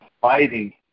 fighting